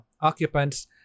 occupants